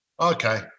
okay